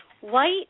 white